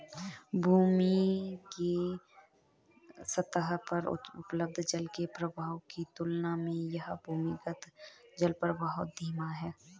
भूमि के सतह पर उपलब्ध जल के प्रवाह की तुलना में यह भूमिगत जलप्रवाह धीमा है